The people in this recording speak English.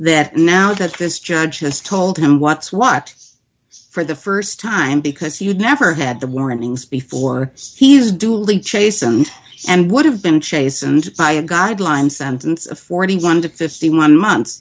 that now that this judge has told him what's what for the st time because you never had the warnings before he's due lee chasen and would have been chastened by a guideline sentence of forty one to fifty one month